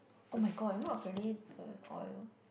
[oh]-my-god you know apparently the oil